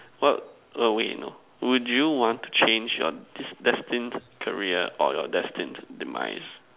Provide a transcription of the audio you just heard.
what oh wait no would you want to want to change your destined career or your destined demise